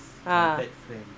ah